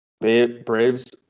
Braves